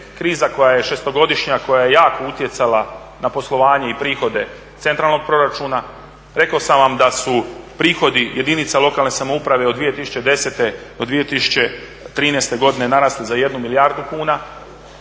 kriza koja je 6-godišnja, koja je jako utjecala na poslovanje i prihode centralnog proračuna. Rekao sam vam da su prihodi jedinica lokalne samouprave od 2010. do 2013. godine narasli za 1 milijardu kuna,